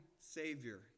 Savior